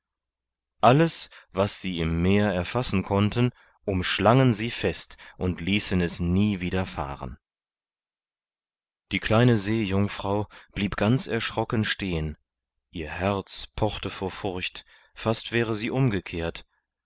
alles was sie im meer erfassen konnten umschlangen sie fest und ließen es nie wieder fahren die kleine seejungfrau blieb ganz erschrocken stehen ihr herz pochte vor furcht fast wäre sie umgekehrt